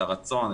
את הרצון,